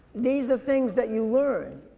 these the things that you learn.